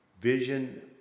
Vision